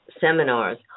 seminars